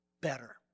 better